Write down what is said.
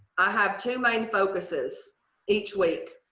i have two main focuses each week.